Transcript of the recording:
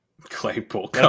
Claypool